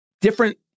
different